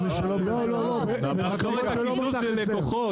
ומי שלא --- לעצור את הקיזוז ללקוחות.